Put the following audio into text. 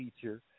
feature